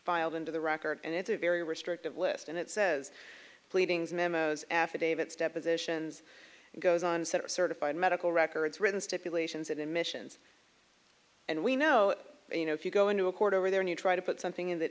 filed into the record and it's a very restrictive list and it says pleadings memos affidavits depositions goes on said are certified medical records written stipulations admissions and we know you know if you go into a court over there new try to put something in that